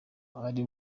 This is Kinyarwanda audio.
kuri